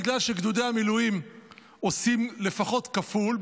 בגלל שגדודי המילואים עושים לפחות כפול,